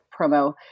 promo